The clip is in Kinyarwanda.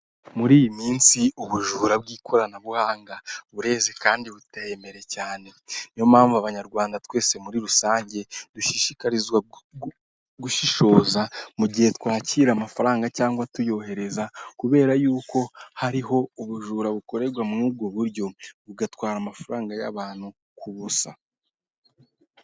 Muri iyi minsi ubujura bw'ikoranabuhanga bureze kandi buteye imbere cyane niyo mpamvu abanyarwanda twese muri rusange dushishikarizwa gushishoza mu gihe twakira amafaranga cyangwa tuyohereza kubera yuko hariho ubujura bukorerwa muri ubwo buryo bugatwara amafaranga y'abantu kubusa.